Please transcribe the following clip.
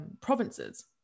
provinces